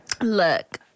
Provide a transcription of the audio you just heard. look